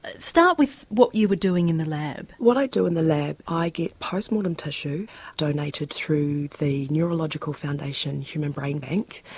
ah start with what you were doing in the lab. what i do in the lab is i get post-mortem tissue donated through the neurological foundation human brain bank,